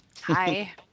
Hi